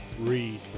Read